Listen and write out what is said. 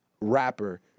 rapper